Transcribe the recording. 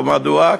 ומדוע?